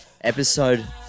Episode